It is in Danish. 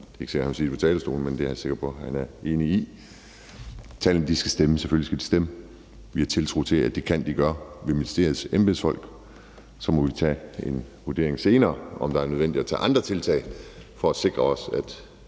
måske ikke vil sige det fra talerstolen. Tallene skal stemme, selvfølgelig skal de stemme, og vi har tiltro til, at det kan de gøre ved ministeriets embedsfolk, og så må vi tage en vurdering af det senere, nemlig om det er nødvendigt at tage andre tiltag for at sikre os, at